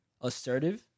assertive